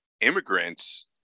immigrants